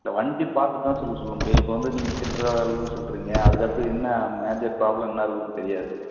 இல்லை வண்டி பார்த்துட்டு தான் சார் சொல்ல சொல்ல முடியும் இப்போ வந்து நீங்கள் சில்றரை வேலைன்னு சொல்கிறீங்க அதுக்கடுத்து என்ன மேஜர் ப்ராப்ளம் என்ன இருக்குதுன்னு தெரியாது